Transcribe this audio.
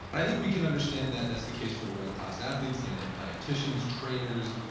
i think we can understand that. that's the case for world class athletes, you know they have dietitians, trainers,